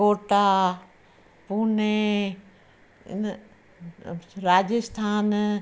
Kota Pune Rajasthan